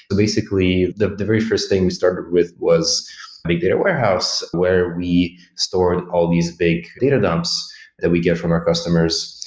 basically, the the very first thing we started with was big data warehouse, where we store all these big data dumps that we get from our customers.